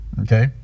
Okay